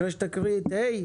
כן.